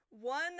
One